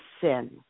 sin